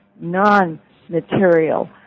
non-material